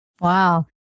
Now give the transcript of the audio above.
Wow